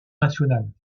nationale